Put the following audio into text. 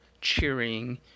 cheering